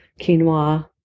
quinoa